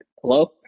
Hello